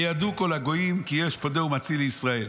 וידעו כל הגויים כי יש פודה ומציל לישראל.